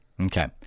Okay